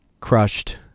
crushed